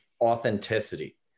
authenticity